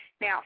Now